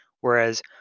Whereas